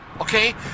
Okay